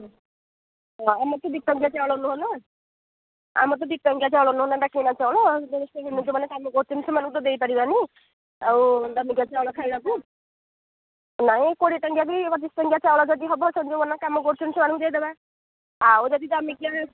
ହଁ ଆମର ତ ଦୁଇ ଟଙ୍କିଆ ଚାଉଳ ନୁହଁନା ଆମର ତ ଦୁଇ ଟଙ୍କିଆ ଚାଉଳ ନୁହଁ ନା ଏଟା କିଣା ଚାଉଳ ଯେଉଁମାନେ କାମ କରୁଛନ୍ତି ସେଇମାନଙ୍କୁ ଦେଇପାରିବନି ଆଉ ଦାମିକିଆ ଚାଉଳ ଖାଇବାକୁ ନାଇଁ କୋଡ଼ିଏ ଟଙ୍କିଆ ବି ପଚିଶ ଟଙ୍କିଆ ଚାଉଳ ଯଦି ହେବ ସେ ଯେଉଁ ମାନେ କାମ କରୁଛନ୍ତି ସେଇମାନଙ୍କୁ ଦେଇଦେବା ଆଉ ଯଦି ଦାମିକିଆ